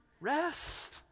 rest